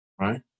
right